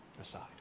aside